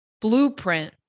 blueprint